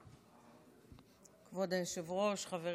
כבוד היושב-ראש, חברים,